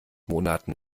monaten